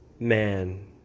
Man